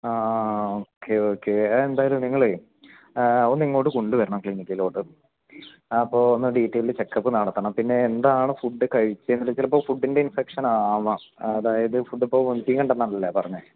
ആ ആ okay okay എന്തായാലും നിങ്ങൾ ഒന്ന് ഇങ്ങോട്ട് കൊണ്ടുവരണം ക്ലിനിക്കിലോട്ട് അപ്പോൾ ഒന്ന് ഡീറ്റെയിൽഡ് ചെക്കപ്പ് നടത്തണം പിന്നെ എന്താണ് ഫുഡ് കഴിച്ചത് എന്നുള്ള ചിലപ്പോൾ ഫുഡിൻ്റെ ഇൻഫെക്ഷൻ ആവാം അതായത് ഫുഡ് ഇപ്പോൾ വോമിറ്റിങ് ഉണ്ടെന്നാണല്ലേ പറഞ്ഞത്